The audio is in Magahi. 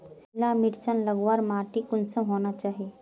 सिमला मिर्चान लगवार माटी कुंसम होना चही?